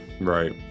Right